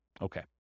okay